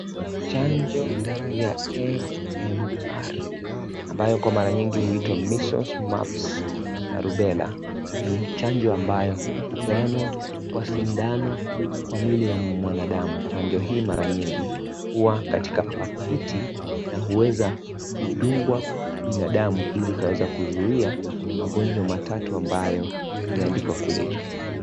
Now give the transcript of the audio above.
Chanjo ya MMR, ambayo kwa maranyingi huitwa Measles, Mamps na Rubella ni chanjo ambayo hapeanwa kwa sindano kwa mwili wa mwanadamu. Chanjo hii maranyingi hua katika pakiti na huweza kudungwa binadamu ili kuweza kuzuia magonjwa matatu ambayo yameandikwa kule juu.